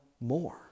more